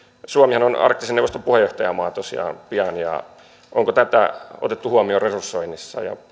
suomihan on arktisen neuvoston puheenjohtajamaa tosiaan pian onko tätä otettu huomioon resursoinnissa ja